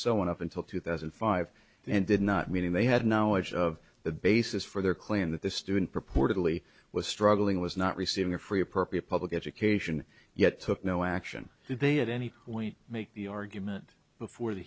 on up until two thousand and five and did not mean they had knowledge of the basis for their claim that the student purportedly was struggling was not receiving a free appropriate public education yet took no action they had any point make the argument before the